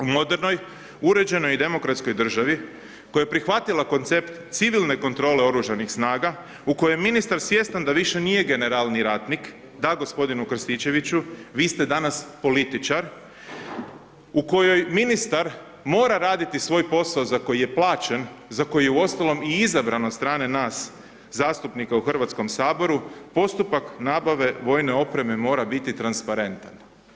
U modernoj, uređenoj i demokratskoj državi koja je prihvatila koncept civilne kontrole OS-a, u kojem je ministar svjestan da više nije generalni ratnik, da, g. Krstičeviću, vi ste danas političar, u kojoj ministar mora raditi svoj posao za koji je plaćen, za koji je uostalom i izabran od strane nas zastupnika u Hrvatskom saboru, postupak nabave vojne opreme mora biti transparentan.